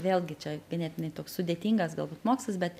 vėlgi čia ganėtinai toks sudėtingas galbūt mokslas bet